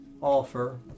offer